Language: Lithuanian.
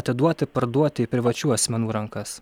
atiduoti parduoti į privačių asmenų rankas